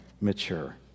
mature